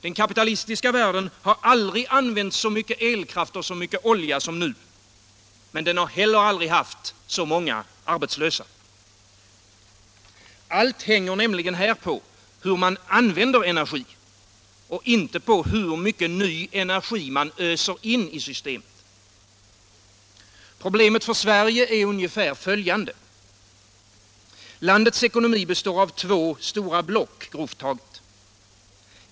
Den kapitalistiska världen har aldrig använt så mycket elkraft och så mycket olja som nu — men den har heller aldrig haft så många arbetslösa. Allt hänger nämligen på hur man använder energi och inte på hur mycket ny energi man öser in i systemet. Problemet för Sverige är ungefär följande: Landets ekonomi består grovt sett av två stora block.